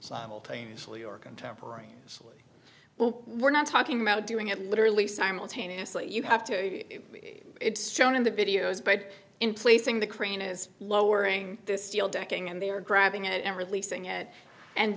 simultaneously or contemporary so well we're not talking about doing it literally simultaneously you have to be shown in the videos but in placing the crane is lowering the steel decking and they are grabbing it and releasing it and